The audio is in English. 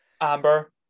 Amber